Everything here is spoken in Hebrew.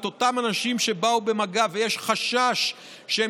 את אותם אנשים שבאו במגע ויש חשש שהם